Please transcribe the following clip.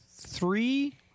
three